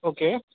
okay